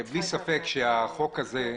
בלי ספק, החוק הזה,